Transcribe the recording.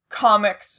comics